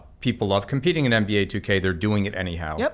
people love competing in n b a two k, they're doing it anyhow, yeah